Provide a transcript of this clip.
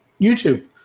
YouTube